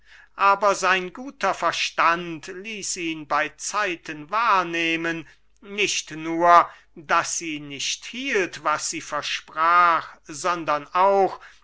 aber sein guter verstand ließ ihn bey zeiten wahrnehmen nicht nur daß sie nicht hielt was sie versprach sondern auch